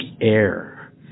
air